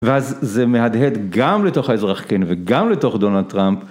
ואז, זה מהדהד גם לתוך האזרח קיין וגם לתוך דונאלד טראמפ.